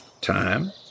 Time